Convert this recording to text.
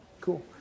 Cool